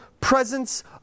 presence